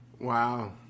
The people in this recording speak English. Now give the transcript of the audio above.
Wow